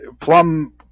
Plum